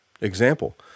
Example